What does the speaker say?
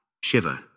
Shiver